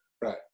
right